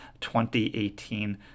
2018